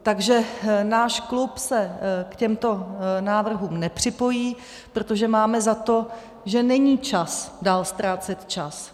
Takže náš klub se k těmto návrhům nepřipojí, protože máme za to, že není čas dál ztrácet čas.